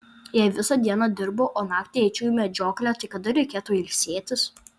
jei visą dieną dirbu o naktį eičiau į medžioklę tai kada reikėtų ilsėtis